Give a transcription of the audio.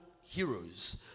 heroes